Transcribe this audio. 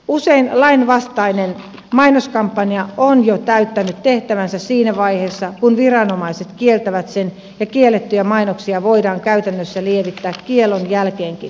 usein lainvastainen mainoskampanja on jo täyttänyt tehtävänsä siinä vaiheessa kun viranomaiset kieltävät sen ja kiellettyjä mainoksia voidaan käytännössä levittää kiellon jälkeenkin